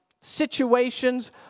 situations